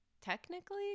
technically